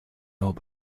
old